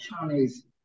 Chinese